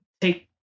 take